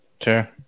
Sure